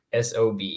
sob